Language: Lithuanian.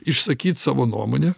išsakyt savo nuomonę